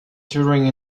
touring